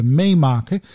meemaken